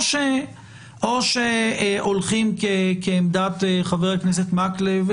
או שהולכים כעמדת חבר הכנסת מקלב.